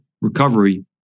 recovery